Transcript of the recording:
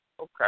Okay